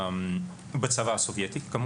בצבא הסובייטי.